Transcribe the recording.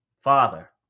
Father